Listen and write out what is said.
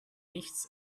nichts